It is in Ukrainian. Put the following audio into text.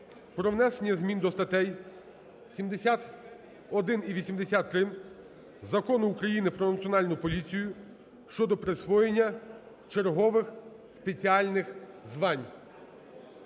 про внесення змін до статей 71 і 83 Закону України "Про Національну поліцію" щодо присвоєння чергових спеціальних звань.